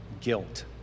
guilt